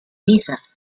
lisa